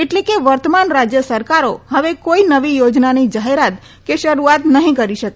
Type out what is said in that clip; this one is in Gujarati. એટલે કે વર્તમાન રાજય સરકારો હવે કોઇ નવી યોજનાની જાહેરાત કે શરૂઆત નહીં કરી શકે